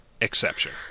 exception